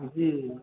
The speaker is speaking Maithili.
जी